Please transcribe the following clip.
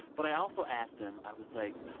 but i also asked him i was like,